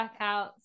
workouts